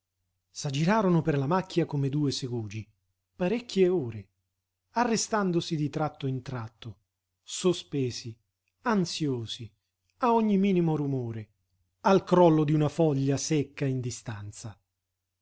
andiamo s'aggirarono per la macchia come due segugi parecchie ore arrestandosi di tratto in tratto sospesi ansiosi a ogni minimo rumore al crollo d'una foglia secca in distanza